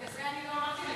בגלל זה אני לא אמרתי,